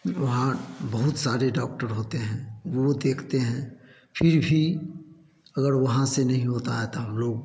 वहाँ बहुत सारे डॉक्टर होते हैं वो देखते हैं फिर भी अगर वहाँ से नहीं होता है तो हम लोग